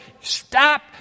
stop